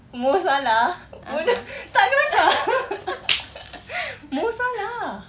mohamed salah bodoh takde mohamed salah